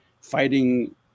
fighting